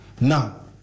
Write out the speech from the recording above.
Now